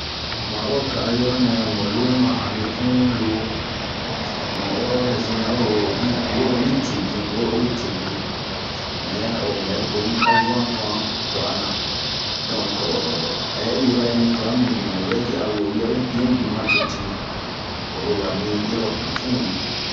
Marɔk a yuranɛɛ mu loowɛ ma hɛnre tunlo, mun ɔrɔ mizeni lo woro bin ,woro min teebin, mɛɛ amu bɛ bon ayu han tuan tuana. Donke ɛhh yirɔni tuan minbin ovɛ yii a wewia we ɛnh bin matete oro ba min erɔpu tun.